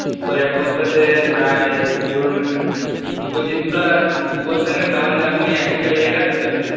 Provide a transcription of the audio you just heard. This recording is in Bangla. ইফকোর এক বস্তাতে প্রায় ধরুন ইফকো যদি দুটো দু দু বস্তা নেন তাহলে আপনি এক বিঘা জায়গা দিতে পারবেন